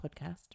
podcast